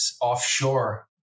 offshore